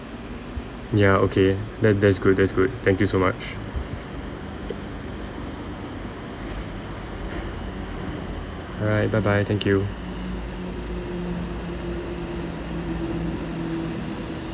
ya okay that that's good that's good thank you so much all right bye bye thank you